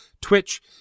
Twitch